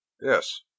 Yes